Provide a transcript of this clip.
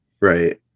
Right